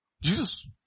Jesus